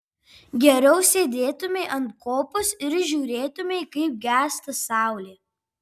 geriau sėdėtumei ant kopos ir žiūrėtumei kaip gęsta saulė